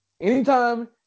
Anytime